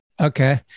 Okay